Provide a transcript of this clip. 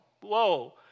Whoa